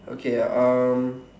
okay um